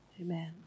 Amen